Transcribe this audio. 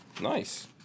nice